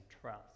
trust